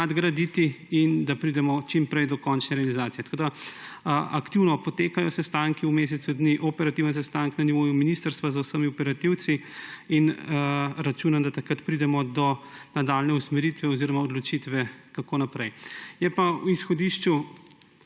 nadgraditi, in da pridemo čim prej do končne realizacije. Tako da aktivno potekajo sestanki, v mesecu dni operativni sestanek na nivoju ministrstva z vsemi operativci, in računam, da takrat pridemo do nadaljnje usmeritve oziroma odločitve, kako naprej. Je pa v izhodišču